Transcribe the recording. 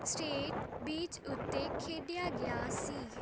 state beach ਉੱਤੇ ਖੇਡਿਆ ਗਿਆ ਸੀ